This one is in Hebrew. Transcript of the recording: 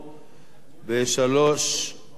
בשתי הצעות